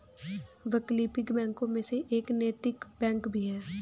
वैकल्पिक बैंकों में से एक नैतिक बैंक भी है